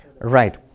Right